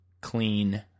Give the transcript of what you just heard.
clean